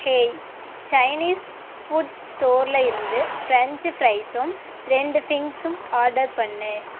hey Chinese food ஸ்டோரில் இருந்து French ஃப்ரைஸும் ரெண்டு விங்ஸும் ஆர்டர் பண்ணு